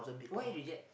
why reject